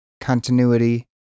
continuity